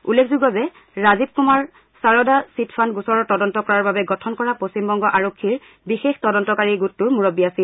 উল্লেখযোগ্য যে Rajiv Kumar Saradha chit fund গোচৰৰ তদন্ত কৰাৰ বাবে গঠন কৰা পশ্চিমবংগ আৰক্ষীৰ বিশেষ তদন্তকাৰী গোটটোৰ মুৰববী আছিল